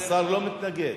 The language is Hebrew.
השר לא מתנגד.